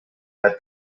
had